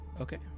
Okay